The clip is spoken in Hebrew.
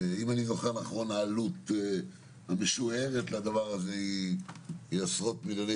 אם אני זוכר נכון העלות המשוערת לדבר הזה היא עשרות מיליוני